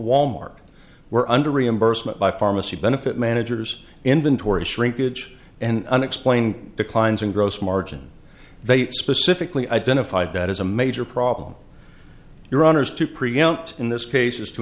wal mart were under reimbursement by pharmacy benefit managers inventory shrinkage and unexplained declines in gross margin they specifically identified that as a major problem your honour's to preempt in this case is to